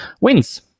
wins